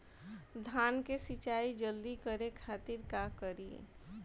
धान के सिंचाई जल्दी करे खातिर का करी?